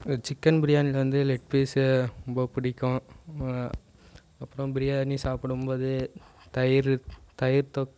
இந்த சிக்கன் பிரியாணியில வந்து லெக் பீஸ்ஸு ரொம்ப பிடிக்கும் அப்புறம் பிரியாணி சாப்பிடம்போது தயிர் தயிர் தொக்கு